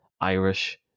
irish